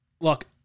Look